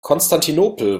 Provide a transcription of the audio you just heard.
konstantinopel